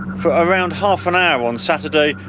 for around half an hour on saturday,